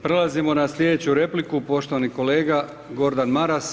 Prelazimo na sljedeću repliku poštovani kolega Gordan Maras.